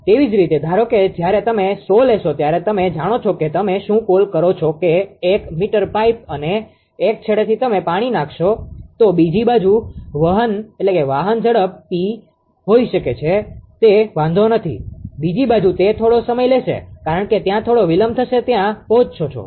તેવી જ રીતે ધારો કે જ્યારે તમે 100 લેશો ત્યારે તમે જાણો છો કે તમે શું કોલ કરો છો કે એક મીટર પાઇપ અને એક છેડેથી તમે પાણી નાખશો તો બીજી બાજુ વાહન ઝડપી હોઈ શકે છે તે વાંધો નથી બીજી બાજુ તે થોડો સમય લેશે કારણ કે ત્યાં થોડો વિલંબ થશે ત્યાં પહોંચો